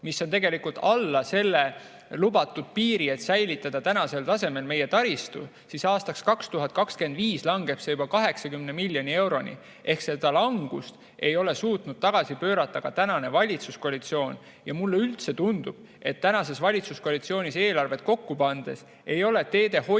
mis on tegelikult alla selle lubatud piiri, et säilitada meie taristu tänasel tasemel, siis aastaks 2025 langeb see juba 80 miljoni euroni. Seda langust ei ole suutnud tagasi pöörata ka tänane valitsuskoalitsioon. Mulle üldse tundub, et tänases valitsuskoalitsioonis eelarvet kokku pannes ei ole teehoidu